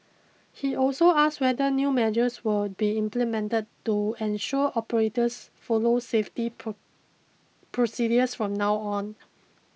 he also asked whether new measures would be implemented to ensure the operators follow safety procedures from now on